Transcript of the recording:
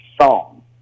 song